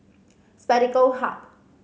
Spectacle Hut